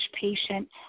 patient